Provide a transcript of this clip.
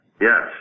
Yes